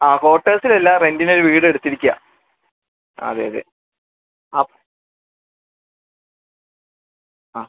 ആ കോട്ടേഴ്സിൽ അല്ല റെന്റിനൊരു വീടെടുത്തിരിക്കുകയാണ് അതെ അതെ ആ ആ